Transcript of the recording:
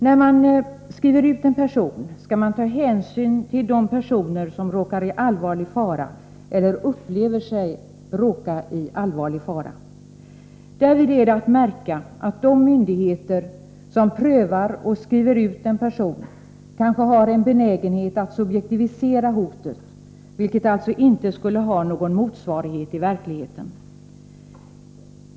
När man skriver ut en person skall man ta hänsyn till de personer som råkar i allvarlig fara eller upplever sig råka i allvarlig fara. Därvid är det att märka att de myndigheter som prövar ett fall och skriver ut en person kanske har en benägenhet att subjektivisera hotet, vilket alltså inte skulle ha någon motsvarighet i verkligheten.